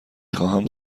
خواهم